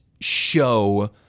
show